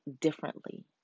differently